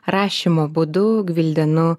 rašymo būdu gvildenu